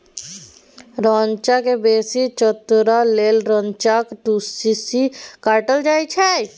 रैंचा केँ बेसी चतरै लेल रैंचाक टुस्सी काटल जाइ छै